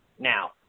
now